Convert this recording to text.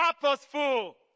purposeful